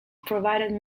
provided